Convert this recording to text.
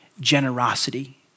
generosity